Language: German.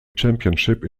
championship